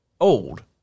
old